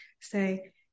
say